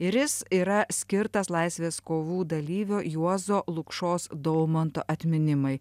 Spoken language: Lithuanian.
ir jis yra skirtas laisvės kovų dalyvio juozo lukšos daumanto atminimai